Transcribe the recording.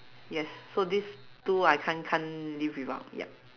yes so these two I can't can't live without yup